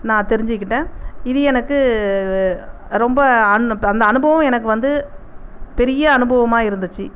நான் தெரிஞ்சிகிட்டேன் இது எனக்கு ரொம்ப அன் அந்த அனுபவம் எனக்கு வந்து பெரிய அனுபவமாக இருந்துச்சு